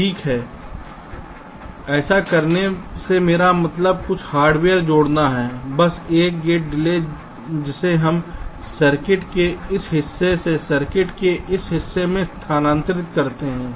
ठीक है ऐसा करने से मेरा मतलब कुछ हार्डवेयर जोड़ना है बस एक गेट जिसे हम सर्किट के इस हिस्से से सर्किट के इस हिस्से में स्थानांतरित करते हैं